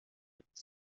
gibt